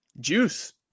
Juice